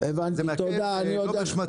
זה מעכב לא באשמתו.